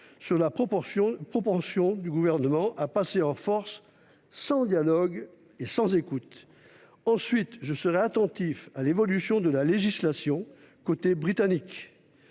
sur la propension du Gouvernement à passer en force sans dialogue ni écoute. Nous serons ensuite attentifs à l'évolution de la législation du côté britannique.